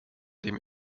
dem